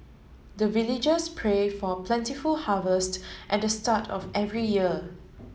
the villagers pray for plentiful harvest at the start of every year